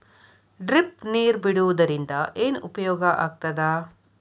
Drip ನೇರ್ ಬಿಡುವುದರಿಂದ ಏನು ಉಪಯೋಗ ಆಗ್ತದ?